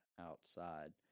outside